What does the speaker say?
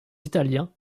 italiens